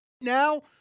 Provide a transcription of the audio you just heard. Now